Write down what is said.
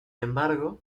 embargo